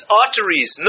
arteries